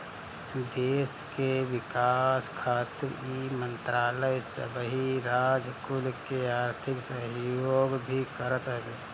देस के विकास खातिर इ मंत्रालय सबही राज कुल के आर्थिक सहयोग भी करत हवे